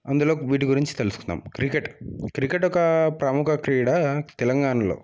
అందులో వీటి గురించి తెలుసుకుందాం క్రికెట్ క్రికెట్ ఒక ప్రముఖ క్రీడా తెలంగాణలో